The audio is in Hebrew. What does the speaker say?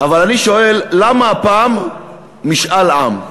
אבל אני שואל, למה הפעם משאל עם?